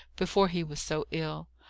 before he was so ill.